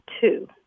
two